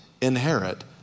inherit